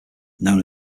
known